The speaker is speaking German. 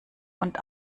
und